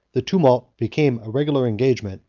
the tumult became a regular engagement,